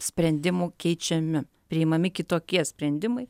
sprendimų keičiami priimami kitokie sprendimai